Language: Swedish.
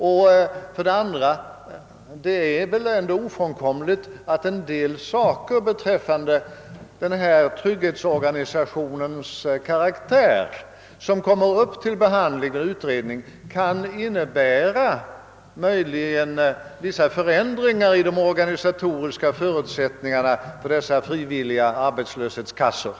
Och det är väl ändå ofrånkomligt att en del saker beträffande denna trygghetsorganisations karaktär, som kommer upp till behandling och utredning, kan innebära möjligheter till vissa förändringar i de organisatoriska förutsättningarna för dessa frivilliga arbetslöshetskassor.